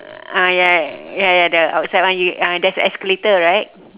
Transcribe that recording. ah ya ya ya the outside one uh there is a escalator right